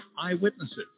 eyewitnesses